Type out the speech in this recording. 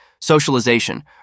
Socialization